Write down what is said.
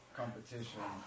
competition